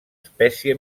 espècie